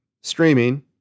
streaming